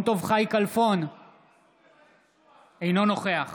אינו נוכח